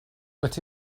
but